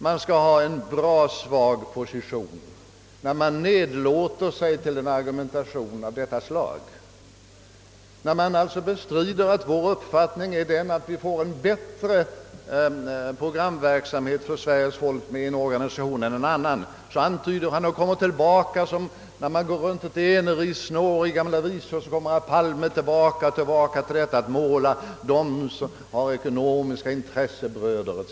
Man skall ha en ganska svag position när man nedlåter sig till en argumentering av detta slag. När han alltså vill bestrida riktigheten av vår uppfattning att man får en bättre programverksamhet för Sveriges folk med en viss organisation än med en annan, så kommer herr Palme ideligen tillbaka — precis som i den gamla dansleken där man går runt ett enrissnår — och talar om reservanterna »som har ekonomiska intressebröder» etc.